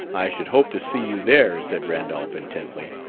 i should hope to see you there, said randolph intently.